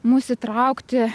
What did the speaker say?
mus įtraukti